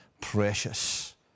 precious